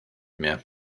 mehr